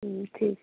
ठीक आहे